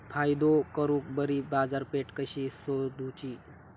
फायदो करून बरी बाजारपेठ कशी सोदुची?